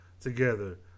together